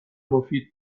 مفید